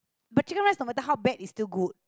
but chicken rice no matter how bad is still good